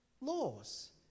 laws